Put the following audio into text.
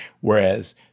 whereas